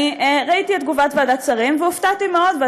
ראיתי את תגובת ועדת שרים והופתעתי מאוד.